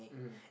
mmhmm